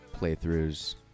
playthroughs